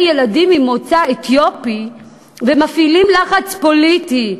ילדים ממוצא אתיופי ומפעילים לחץ פוליטי,